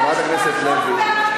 חברת הכנסת לוי,